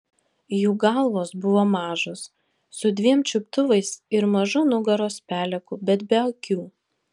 jų galvos buvo mažos su dviem čiuptuvais ir mažu nugaros peleku bet be akių